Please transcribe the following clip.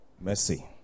mercy